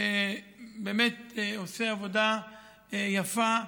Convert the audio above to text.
שבאמת עושה עבודה יפה.